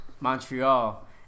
Montreal